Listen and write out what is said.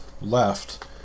left